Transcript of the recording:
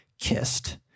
kissed